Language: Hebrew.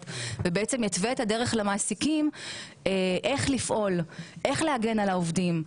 ויתווה את הדרך למעסיקים איך לפעול ואיך להגן על העובדים.